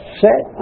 set